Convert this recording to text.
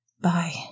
Bye